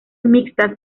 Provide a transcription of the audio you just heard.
mixtas